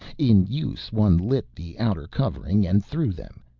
in use one lit the outer covering and threw them.